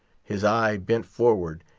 his eye bent forward,